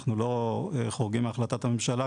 אנחנו לא חורגים מהחלטת הממשלה,